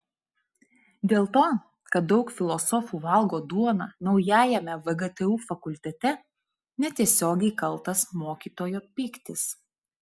dėl to kad daug filosofų valgo duoną naujajame vgtu fakultete netiesiogiai kaltas mokytojo pyktis